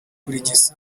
kurigisa